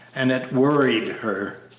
and it worried her.